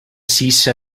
cease